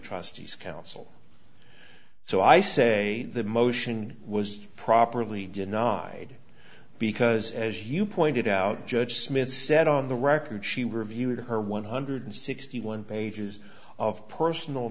trustees counsel so i say the motion was properly denied because as you pointed out judge smith said on the record she reviewed her one hundred sixty one pages of personal